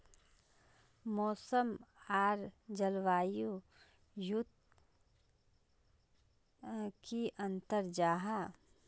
मौसम आर जलवायु युत की अंतर जाहा?